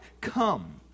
Come